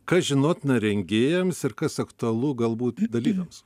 kas žinotina rengėjams ir kas aktualu galbūt dalyviams